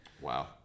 Wow